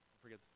forget